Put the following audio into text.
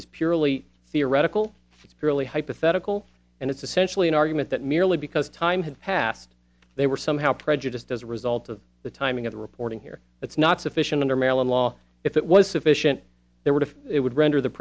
is purely theoretical it's purely hypothetical and it's essentially an argument that merely because time had passed they were somehow prejudiced as a result of the timing of the reporting here that's not sufficient under maryland law if it was sufficient they would have it would render the